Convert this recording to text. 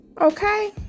Okay